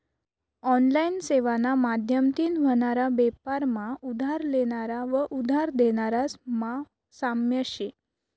online सेवाना माध्यमतीन व्हनारा बेपार मा उधार लेनारा व उधार देनारास मा साम्य शे